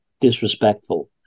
disrespectful